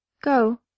Go